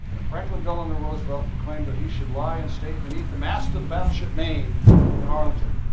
and franklin delano roosevelt proclaimed that he should lie in state beneath the mast of the battleship maine in arlington.